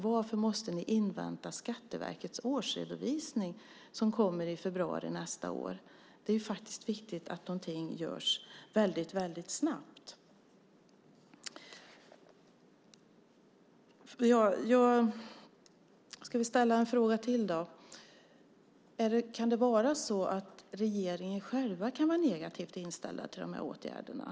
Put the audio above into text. Varför måste ni invänta Skatteverkets årsredovisning som kommer i februari nästa år? Det är faktiskt viktigt att någonting görs väldigt snabbt. Jag ska ställa en fråga till. Kan det vara så att regeringen själv kan vara negativt inställd till de här åtgärderna?